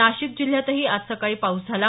नाशिक जिल्ह्यातही आज सकाळी पाऊस झाला